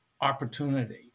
opportunity